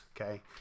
okay